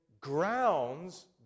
grounds